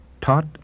taught